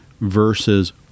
versus